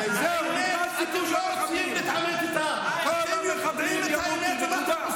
את זה שכחת, על זה אתה לא מדבר.